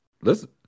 listen